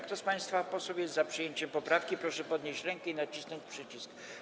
Kto z państwa posłów jest za przyjęciem poprawki, proszę podnieść rękę i nacisnąć przycisk.